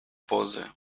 pozy